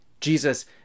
Jesus